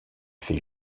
fait